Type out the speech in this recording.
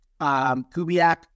Kubiak